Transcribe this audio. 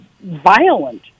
violent